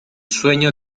sueño